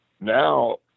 now